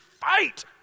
fight